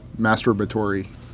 masturbatory